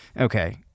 Okay